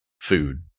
food